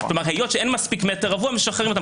כלומר היות שאין מספיק מטר רבוע משחררים אותם,